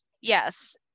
Yes